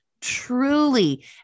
truly